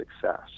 success